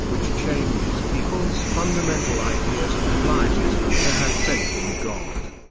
which changes people's fundamental ideas and obliges them to have faith in god.